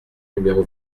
numéro